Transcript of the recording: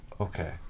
Okay